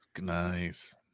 Nice